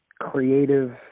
creative